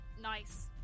Nice